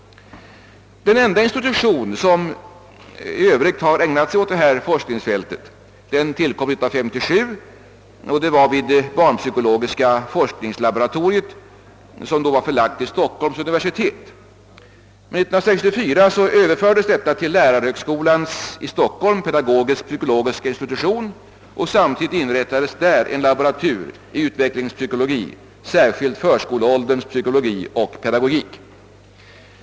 Den enda institution i övrigt här i landet som kontinuerligt ägnar sig åt detta forsknings fält tillkom år 1957 vid det barnpsykologiska forskningslaboratoriet, som då var förlagt till Stockholms universitet. 1964 överfördes detta till lärarhögskolans i Stockholm pedagogisk-psykologiska institution. Samtidigt inrättades där en laboratur i utvecklingspsykologi, särskilt förskoleålderns psykologi och pedagogik.